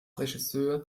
regisseur